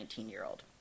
19-year-old